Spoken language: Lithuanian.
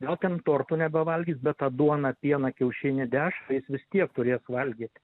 gal ten tortų nebevalgys bet tą duoną pieną kiaušinį dešrą jis vis tiek turės valgyt